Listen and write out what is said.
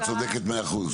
את צודקת מאה אחוז,